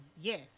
yes